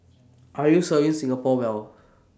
are you serving Singapore well